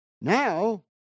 now